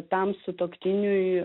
tam sutuoktiniui